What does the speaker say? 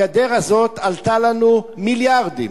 הגדר הזאת עלתה לנו מיליארדים,